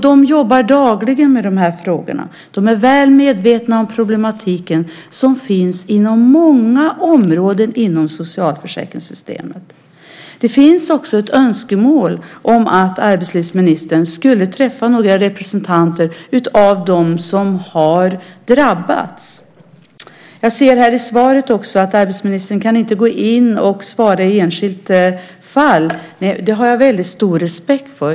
De jobbar dagligen med dessa frågor och är väl medvetna om den problematik som finns på många områden inom socialförsäkringssystemen. Det finns också ett önskemål om att arbetslivsministern skulle träffa representanter för dem som drabbats. I svaret sägs att arbetslivsministern inte kan gå in och svara i ett enskilt fall. Nej, det har jag stor respekt för.